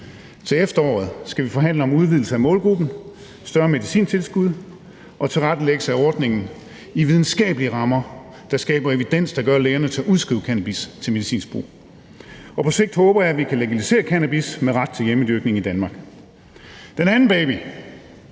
Til efteråret skal vi forhandle om en udvidelse af målgruppen, et større medicintilskud og en tilrettelæggelse af ordningen i videnskabelige rammer, der skaber en evidens, der gør, at lægerne tør udskrive cannabis til medicinsk brug, og på sigt håber jeg, at vi kan legalisere cannabis med ret til hjemmedyrkning i Danmark. Den anden baby